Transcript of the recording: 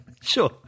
Sure